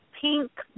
pink